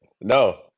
No